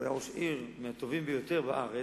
הוא היה ראש עיר מהטובים ביותר בארץ,